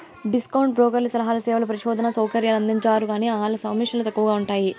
discount బ్రోకర్లు సలహాలు, సేవలు, పరిశోధనా సౌకర్యాలు అందించరుగాన, ఆల్ల కమీసన్లు తక్కవగా ఉంటయ్యి